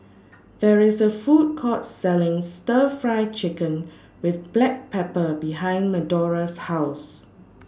There IS A Food Court Selling Stir Fry Chicken with Black Pepper behind Medora's House